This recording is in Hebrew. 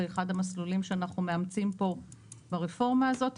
אחד המסלולים שאנחנו מאמצים כאן ברפורמה הזאת,